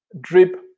drip